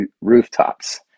rooftops